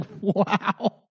Wow